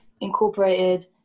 incorporated